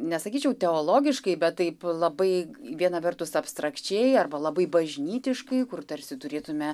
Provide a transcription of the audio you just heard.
nesakyčiau teologiškai bet taip labai viena vertus abstrakčiai arba labai bažnytiškai kur tarsi turėtume